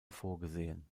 vorgesehen